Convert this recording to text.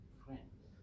friends